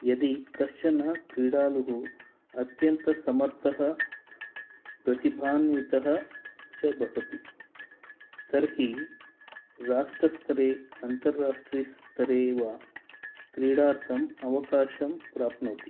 यदि कश्चन क्रीडालुः अत्यन्तसमर्थः प्रतिभान्वितः च भवति तर्हि राष्ट्रस्थरे अन्तर्राष्ट्रियस्थरे वा क्रीडार्थम् अवकाशम् प्राप्नोति